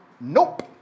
nope